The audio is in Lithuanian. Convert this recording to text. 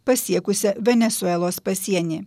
pasiekusią venesuelos pasienį